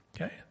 okay